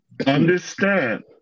understand